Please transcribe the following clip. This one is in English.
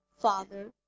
Father